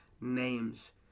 names